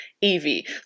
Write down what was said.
Evie